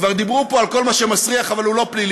כבר דיברו פה על כל מה שמסריח אבל הוא לא פלילי.